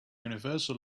universal